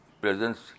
presence